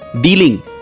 dealing